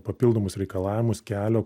papildomus reikalavimus kelio